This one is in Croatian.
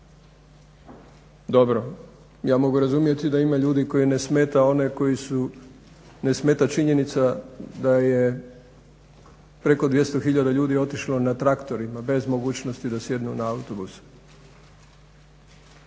Dobro, ja mogu razumjeti da ima ljudi koji ne smeta one koji su ne smeta činjenica da je preko 200 hiljada ljudi otišlo na traktorima bez mogućnosti da sjednu na autobus